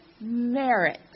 merit